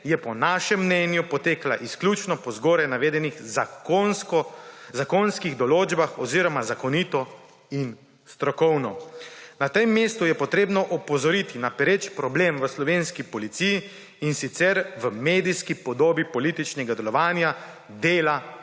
je po našem mnenju potekala izključno po zgoraj navedenih zakonskih določbah oziroma zakonito in strokovno. Na tem mestu je treba opozoriti na pereč problem v slovenski policiji, in sicer v medijski podobi političnega delovanja dela policijskih